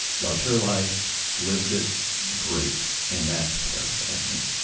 loved her life, lived it great. and that terrified me.